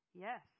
Yes